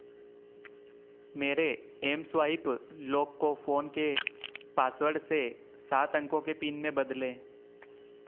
मेरे M swipe lock को phone के पासवर्ड से सात अंको के पिन में बदलें